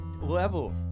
level